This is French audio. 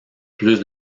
plus